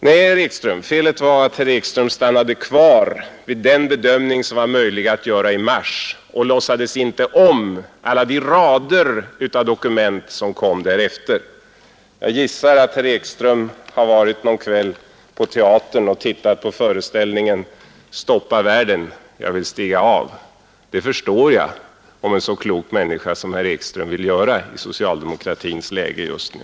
Nej, herr Ekström, felet var att herr Ekström stannade kvar vid den bedömning som var möjlig att göra i mars och inte låtsades om alla de mängder av dokument som kom efteråt. Jag gissar att herr Ekström någon kväll har varit på teatern och sett på föreställningen ”Stoppa världen, jag vill stiga av”. Det förstår jag om en så klok människa som herr Ekström vill göra i socialdemokratins läge just nu.